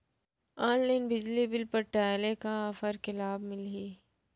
Online बिजली bill पटाय ले का का ऑफ़र के लाभ मिलही?